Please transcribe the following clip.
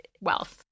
wealth